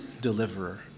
deliverer